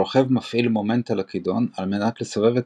הרוכב מפעיל מומנט על הכידון על מנת לסובב את